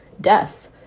death